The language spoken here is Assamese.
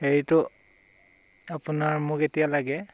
হেৰিটো আপোনাৰ মোক এতিয়া লাগে